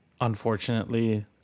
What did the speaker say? unfortunately